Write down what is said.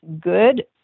good